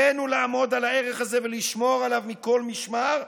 עלינו לעמוד על הערך הזה ולשמור עליו מכל משמר,